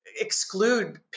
exclude